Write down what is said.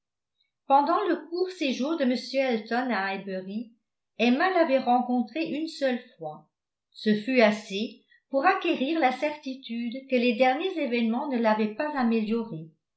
pendant le court séjour de m elton à highbury emma l'avait rencontré une seule fois ce fut assez pour acquérir la certitude que les derniers événements ne l'avaient pas amélioré